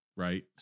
Right